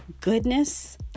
Goodness